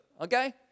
okay